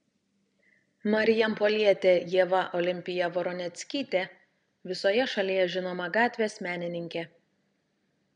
marijampolietė ieva olimpija voroneckytė visoje šalyje žinoma gatvės menininkė